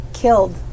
Killed